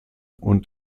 und